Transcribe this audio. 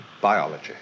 biology